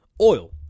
oil